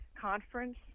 conference